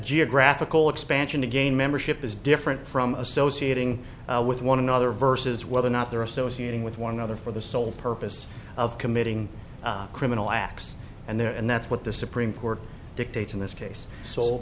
geographical expansion again membership is different from associating with one another versus whether or not they're associating with one another for the sole purpose of committing criminal acts and there and that's what the supreme court dictates in this case sole